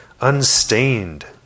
unstained